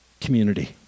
community